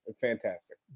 Fantastic